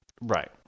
Right